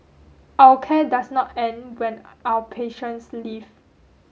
our care does not end when our patients leave